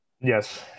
Yes